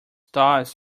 toss